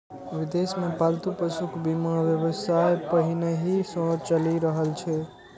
विदेश मे पालतू पशुक बीमा व्यवसाय पहिनहि सं चलि रहल छै